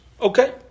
Okay